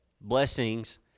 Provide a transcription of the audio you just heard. blessings